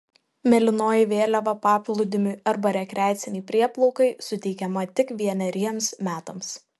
mėlynoji vėliava paplūdimiui arba rekreacinei prieplaukai suteikiama tik vieneriems metams